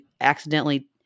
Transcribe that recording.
accidentally